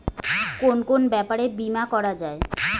কুন কুন ব্যাপারে বীমা করা যায়?